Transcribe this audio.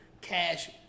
cash